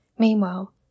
Meanwhile